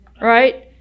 right